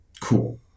Cool